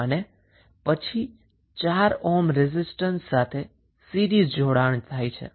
અને પછી 4 ohm resistance સાથે સીરીઝ જોડાણમા છે